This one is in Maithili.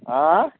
आँए